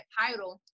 title